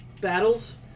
battles